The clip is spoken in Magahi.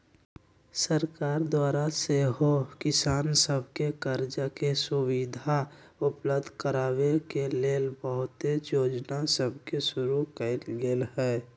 सरकार द्वारा सेहो किसान सभके करजा के सुभिधा उपलब्ध कराबे के लेल बहुते जोजना सभके शुरु कएल गेल हइ